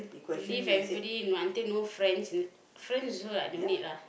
to leave everybody until no friends friends also I don't need lah